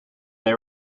they